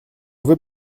veux